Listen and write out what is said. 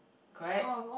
correct